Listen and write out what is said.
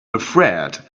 afraid